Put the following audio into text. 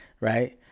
Right